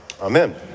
Amen